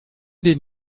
den